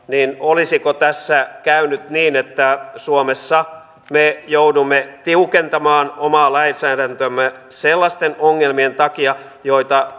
niin olisiko tässä käynyt niin että suomessa me joudumme tiukentamaan omaa lainsäädäntöämme sellaisten ongelmien takia joita